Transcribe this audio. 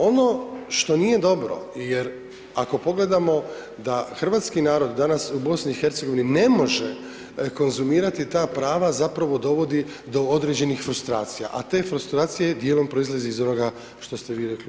Ono što nije dobro, jer ako pogledamo da Hrvatski narod danas u BIH ne može konzumirati ta prava, zapravo dovodi do određenih frustracija, a te frustracije, dijelom proizlazi iz onoga što ste vi rekli u vašoj replici.